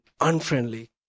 unfriendly